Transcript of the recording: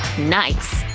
nice!